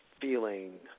Feeling